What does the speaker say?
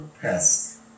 pest